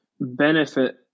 benefit